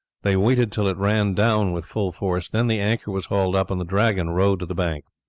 they waited till it ran down with full force, then the anchor was hauled up, and the dragon rowed to the bank.